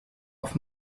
auf